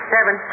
Seven